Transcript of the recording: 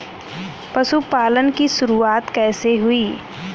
पशुपालन की शुरुआत कैसे हुई?